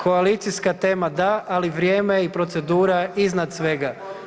Koalicijska tema da, ali vrijeme i procedura iznad svega.